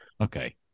Okay